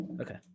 Okay